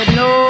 no